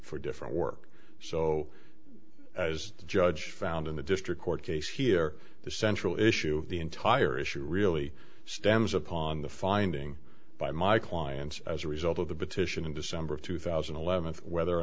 for different work so as the judge found in the district court case here the central issue of the entire issue really stems upon the finding by my clients as a result of the petition in december of two thousand and eleven whether or